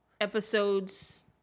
episodes